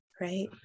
right